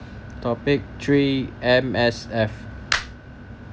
topic three M_S_F